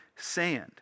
sand